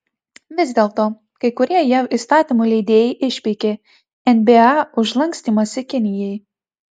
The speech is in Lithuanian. vis dėlto kai kurie jav įstatymų leidėjai išpeikė nba už lankstymąsi kinijai